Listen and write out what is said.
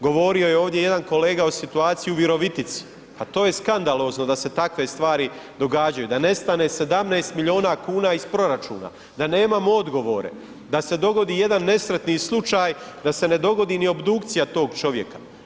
Govorio je ovdje jedan kolega o situaciji u Virovitici, pa to je skandalozno da se takve stvari događaju, da nestane 17 miliona kuna iz proračuna, da nemamo odgovore, da se dogodi jedan nesretni slučaj da se ne dogodi ni obdukcija tog čovjeka.